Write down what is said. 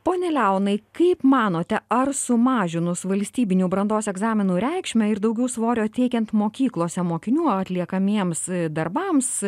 pone leonai kaip manote ar sumažinus valstybinių brandos egzaminų reikšmę ir daugiau svorio teikiant mokyklose mokinių atliekamiems darbams